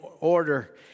order